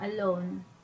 alone